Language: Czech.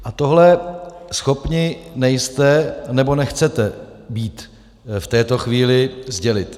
A tohle schopni nejste, nebo nechcete být v této chvíli sdělit.